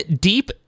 deep